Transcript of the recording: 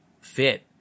fit